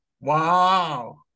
Wow